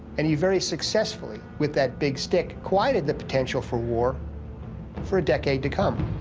and he very successfully, with that big stick, quieted the potential for war for a decade to come.